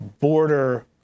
border